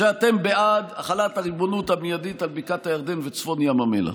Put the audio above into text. שאתם בעד החלת הריבונות המיידית על בקעת הירדן וצפון ים המלח.